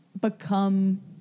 become